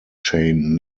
chain